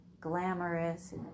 glamorous